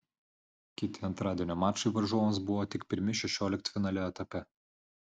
kiti antradienio mačai varžovams buvo tik pirmi šešioliktfinalio etape